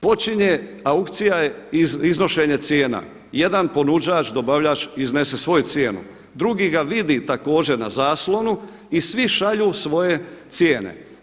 Počinje, aukcija je iznošenje cijena, jedan ponuđač, dobavljač iznese svoju cijenu, drugi ga vidi također na zaslonu i svi šalju svoje cijene.